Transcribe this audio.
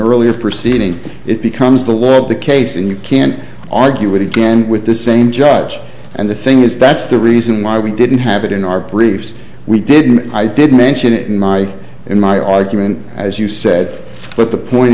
earlier proceeding it becomes the word the case and you can't argue with it again with the same judge and the thing is that's the reason why we didn't have it in our briefs we didn't i didn't mention it in my in my argument as you said but the point